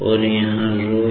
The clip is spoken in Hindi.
और यहाँ ρ